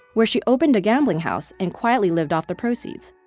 where she opened a gambling house and quietly lived off the proceeds.